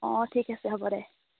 অঁ ঠিক আছে হ'ব দে